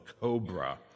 cobra